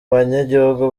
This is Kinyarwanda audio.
banyagihugu